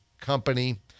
company